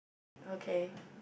okay